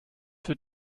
für